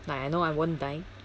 like I know I won't die